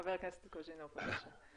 חבר הכנסת קוז'ינוב, בבקשה.